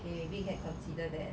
okay maybe can consider that